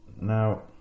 now